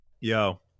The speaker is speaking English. Yo